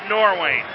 Norway